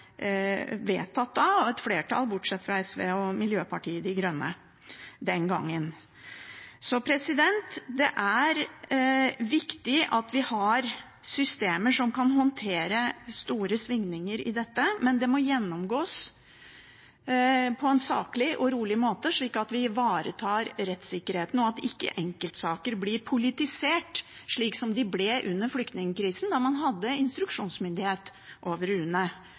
Grønne, den gangen. Det er viktig at vi har systemer som kan håndtere store svingninger, men de må gjennomgås på en saklig og rolig måte, sånn at vi ivaretar rettssikkerheten og at enkeltsaker ikke blir politisert, som de ble under flyktningkrisen, da man hadde instruksjonsmyndighet over UNE. Jeg er veldig glad for at Stortinget fjernet den. Vi avviser selvfølgelig dette forslaget. Vi avviser ikke å gå inn i